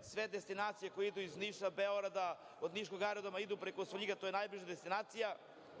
sve destinacije koje idu iz Niša, Beograda, od niškog aerodroma, idu preko Svrljiga, to je najbliža destinacija